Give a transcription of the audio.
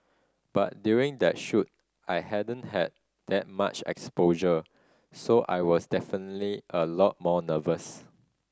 but during that shoot I hadn't had that much exposure so I was definitely a lot more nervous